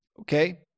Okay